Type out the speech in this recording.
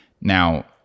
Now